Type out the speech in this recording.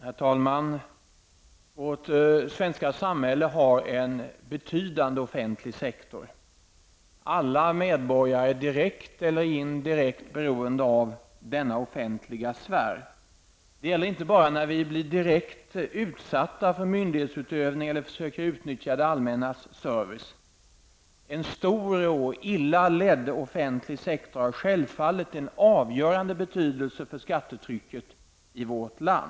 Herr talman! Vårt svenska samhälle har en betydande offentlig sektor. Alla medborgare är direkt eller indirekt beroende av denna offentliga sfär. Det gäller inte bara när vi direkt blir utsatta för myndighetsutövning eller försöker utnyttja det allmännas service. En stor och illa ledd offentlig sektor har självfallet en avgörande betydelse för skattetrycket i vårt land.